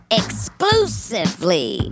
exclusively